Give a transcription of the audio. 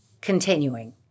continuing